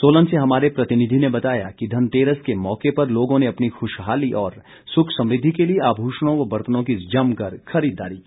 सोलन से हमारे प्रतिनिधि ने बताया कि धनतेरस के मौके पर लोगों ने अपनी खुशहाली और सुख समृद्धि के लिए आभूषणों व बर्तनों की जमकर खरीददारी की